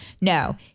No